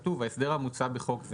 כתוב: ההסדר המוצע בחוק זה,